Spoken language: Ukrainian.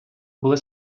були